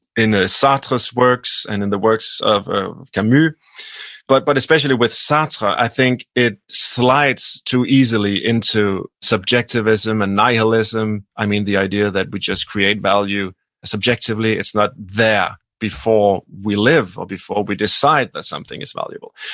in ah sartre's works and in the works of camus, but but especially with sartre, i think it slides too easily into subjectivism and nihilism. i mean, the idea that we just create value subjectively, it's not there before we live or before we decide that something is valuable.